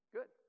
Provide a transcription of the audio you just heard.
Good